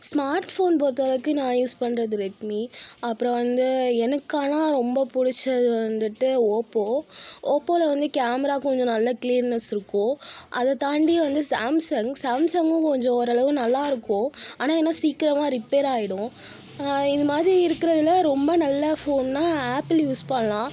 smart phone பொறுத்தளவுக்கு நான் use பண்ணுறது ரெட்மி அப்புறம் வந்து எனக்கு ஆனால் ரொம்ப பிடிச்சது வந்துட்டு ஓப்போ ஓப்போவில் வந்து கேமரா கொஞ்சம் நல்ல க்ளீயர்னஸ் இருக்கும் அதை தாண்டி வந்து சாம்சங் சாம்சங்கும் கொஞ்சம் ஓரளவு நல்லாயிருக்கும் ஆனால் என்ன சீக்கிரமாக ரிப்பேர் ஆகிடும் இதுமாதிரி இருக்கிறதுல ரொம்ப நல்ல ஃபோன்னால் ஆப்பிள் யூஸ் பண்ணலாம்